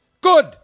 Good